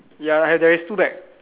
ya and there is two bag